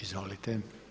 Izvolite.